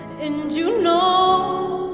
and you know